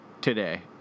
today